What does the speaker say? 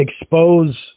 expose